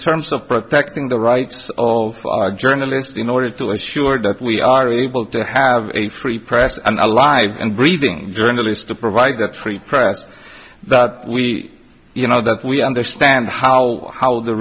terms of protecting the rights of our journalists in order to make sure that we are able to have a free press and alive and breathing journalists to provide that free press that we you know that we understand how how